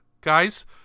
Guys